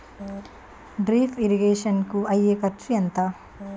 Drip irrigation కూ అయ్యే ఖర్చు ఎంత?